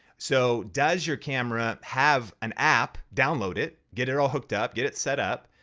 so does your camera have an app? download it, get it all hooked up, get it set up.